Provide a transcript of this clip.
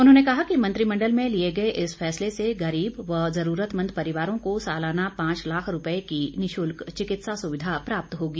उन्होंने कहा कि मंत्रिमंडल में लिए गए इस फैसले से गरीब व जरूरतमंद परिवारों को सालाना पांच लाख रुपए की निशुल्क चिकित्सा सुविधा प्राप्त होगी